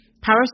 Power